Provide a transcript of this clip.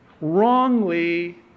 wrongly